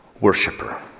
worshiper